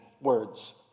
words